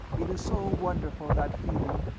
it is so wonderful, that feeling,